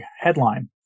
headline